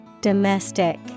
Domestic